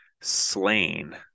slain